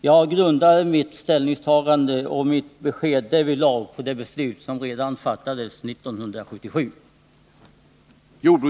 Jag grundar mitt ställningstagande och mitt besked därvidlag på det beslut som fattades redan 1977.